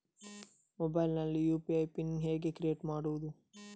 Mobile ನಲ್ಲಿ UPI pin ಹೇಗೆ create ಮಾಡುವುದು?